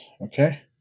Okay